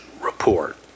report